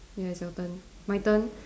ya it's your turn my turn